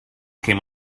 came